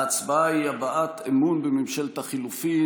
ההצבעה היא הבעת אמון בממשלת החילופים.